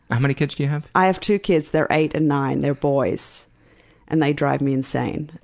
how many kids do you have? i have two kids. they're eight and nine. they're boys and they drive me insane.